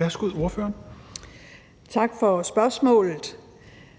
Willumsen (KF): Tak for spørgsmålet.